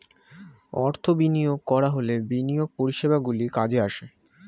অর্থ বিনিয়োগ করা হলে বিনিয়োগ পরিষেবাগুলি কাজে আসে